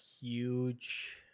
huge